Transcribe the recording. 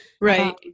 Right